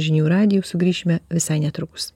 žinių radiju sugrįšime visai netrukus